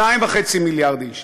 2.5 מיליארד איש.